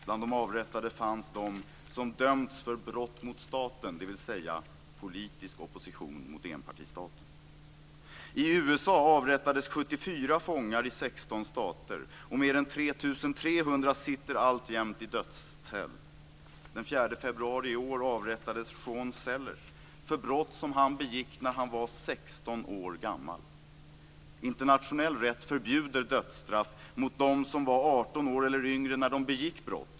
Bland de avrättade fanns sådana som dömts för brott mot staten, dvs. politisk opposition mot enpartistaten. I USA avrättades 74 fångar i 16 stater under 1998, och mer än 3 300 sitter alltjämt i dödscell. Den 4 februari i år avrättades Sean Sellers för brott som han begick när han var 16 år gammal. Internationell rätt förbjuder dödsstraff mot dem som var 18 år eller yngre när de begick brott.